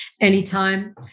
anytime